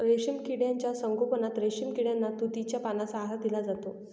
रेशीम किड्यांच्या संगोपनात रेशीम किड्यांना तुतीच्या पानांचा आहार दिला जातो